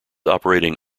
operating